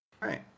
right